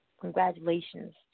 Congratulations